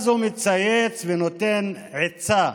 הוא מצייץ ונותן עצה